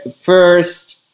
first